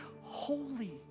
holy